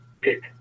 pick